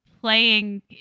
playing